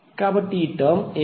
కాబట్టి ఈ టర్మ్ ఏమిటి